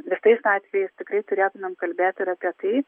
visais atvejais tikrai turėtumėm kalbėti apie tai